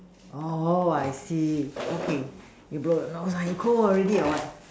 oh I see okay you blow your nose ah you cold already or what